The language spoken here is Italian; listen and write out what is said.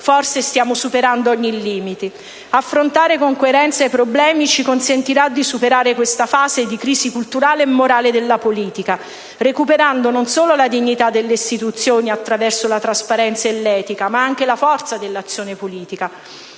Forse stiamo superando ogni limite. Affrontare con coerenza i problemi ci consentirà di superare questa fase di crisi culturale e morale della politica, recuperando non solo la dignità delle istituzioni, attraverso la trasparenza e l'etica, ma anche la forza dell'azione politica.